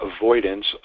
avoidance